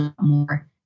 more